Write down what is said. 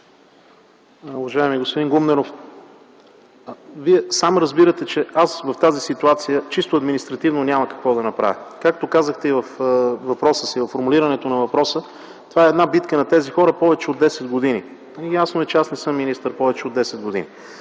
Уважаеми господин Гумнеров, сам разбирате, че в тази ситуация чисто административно няма какво да направя. Както казахте във формулировката на въпроса, това е битка на тези хора повече от 10 години. Ясно е, че аз не съм министър повече от 10 години.